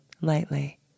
lightly